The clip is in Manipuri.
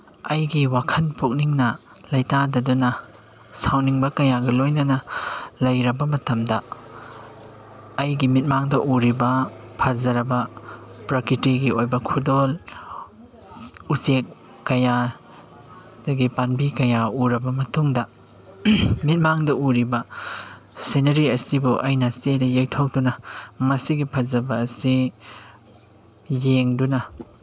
ꯑꯩꯒꯤ ꯋꯥꯈꯜ ꯄꯨꯛꯅꯤꯡꯅ ꯂꯩꯇꯥꯗꯅ ꯁꯥꯎꯅꯤꯡꯕ ꯀꯌꯥꯒ ꯂꯣꯏꯅꯅ ꯂꯩꯔꯕ ꯃꯇꯝꯗ ꯑꯩꯒꯤ ꯃꯤꯠꯃꯥꯡꯗ ꯎꯔꯤꯕ ꯐꯖꯔꯕ ꯄ꯭ꯔꯀꯤꯇꯤꯒꯤ ꯑꯣꯏꯕ ꯈꯨꯗꯣꯜ ꯎꯆꯦꯛ ꯀꯌꯥ ꯀꯩꯀꯩ ꯄꯥꯝꯕꯤ ꯀꯌꯥ ꯎꯔꯕ ꯃꯇꯨꯡꯗ ꯃꯤꯠꯃꯥꯡꯗ ꯎꯔꯤꯕ ꯁꯤꯅꯔꯤ ꯑꯁꯤꯕꯨ ꯑꯩꯅ ꯆꯦꯗ ꯌꯦꯛꯊꯣꯛꯇꯨꯅ ꯃꯁꯤꯒꯤ ꯐꯖꯕ ꯑꯁꯤ ꯌꯦꯡꯗꯨꯅ